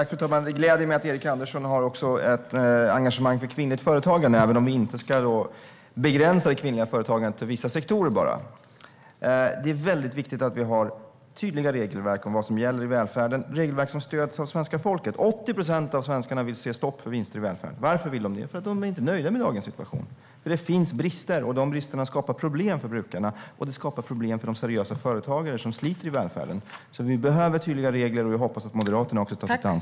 Fru talman! Det gläder mig att Erik Andersson har ett engagemang för kvinnligt företagande, även om vi inte ska begränsa det kvinnliga företagandet till bara vissa sektorer. Det är mycket viktigt att vi har tydliga regelverk om vad som gäller i välfärden, regelverk som stöds av svenska folket. 80 procent av svenskarna vill se ett stopp för vinster i välfärden. Varför vill de det? Jo, därför att de inte är nöjda med dagens situation för att det finns brister. Dessa brister skapar problem för brukarna, och de skapar problem för de seriösa företagare som sliter i välfärden. Därför behöver vi tydliga regler, och jag hoppas att Moderaterna också tar sitt ansvar.